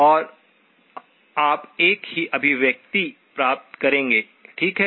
और आप एक ही अभिव्यक्ति प्राप्त करेंगे ठीक है